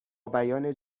بیان